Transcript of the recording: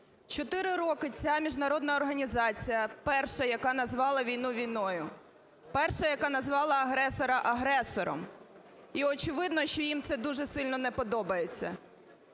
4 роки ця міжнародна організація, перша яка назвала війну – війною. Перша, яка назвала агресора – агресором. І очевидно, що їм це дуже сильно не подобається.